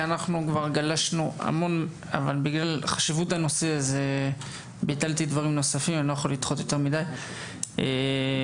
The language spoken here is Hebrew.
כי כבר גלשנו המון וביטלתי דברים נוספים בגלל חשיבות הדברים.